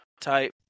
type